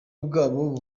bwabo